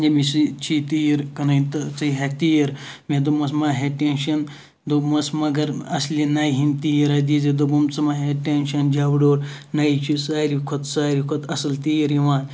ییٚمِسٕے چھی تیٖر کٕنٕنۍ تہٕ ژٕ ہیٚکھٕ تیٖر مےٚ دوٚپمَس مَہ ہےٚ ٹینشَن دوٚپمَس مَگَر اَصلی نَیہِ ہِنٛد تیٖر ہا دیٖزِ دوٚپُن ژٕ مہَ ہےٚ ٹیٚنشَن جَوِڈور نَیہِ چھِ ساروے کھۄتہٕ ساروے کھۄتہٕ اَصل تیٖر یِوان